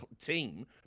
team